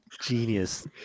Genius